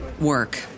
work